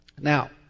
Now